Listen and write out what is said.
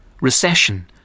Recession